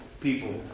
people